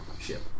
ship